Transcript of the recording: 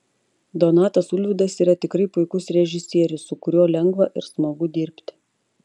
donatas ulvydas yra tikrai puikus režisierius su kuriuo lengva ir smagu dirbti